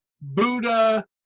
buddha